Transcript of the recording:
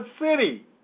city